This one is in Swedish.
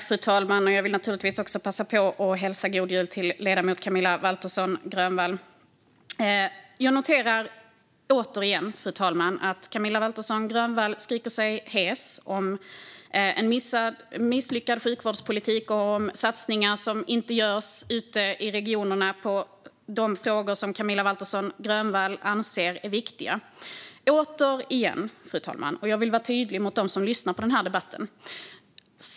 Fru talman! Jag vill naturligtvis passa på att önska god jul till ledamoten Camilla Waltersson Grönvall. Jag noterar återigen, fru talman, att Camilla Waltersson Grönvall skriker sig hes över en misslyckad sjukvårdspolitik och satsningar som inte görs ute i regionerna i de frågor som hon anser är viktiga. Jag vill återigen vara tydlig mot dem som lyssnar till den här debatten.